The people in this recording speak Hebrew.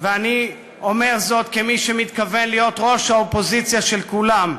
ואני אומר זאת כמי שמתכוון להיות ראש האופוזיציה של כולם.